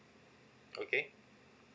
okay